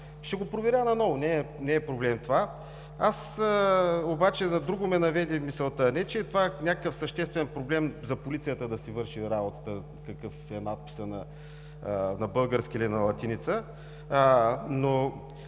Ще го проверя наново, не е проблем. На друго ме наведе мисълта, не че е някакъв съществен проблем за полицията да си върши работата, какъв ще е надписът, на български или на латиница. Но